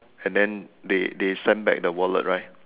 and then they they send back the wallet right